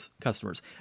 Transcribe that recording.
customers